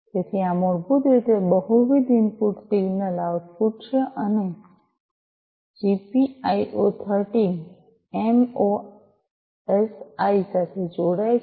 તેથી આ મૂળભૂત રીતે બહુવિધ ઇનપુટ સિંગલ આઉટપુટ છે અને જીપીઆઈઑ ૧૩ એમઑએસઆઈ સાથે જોડાય છે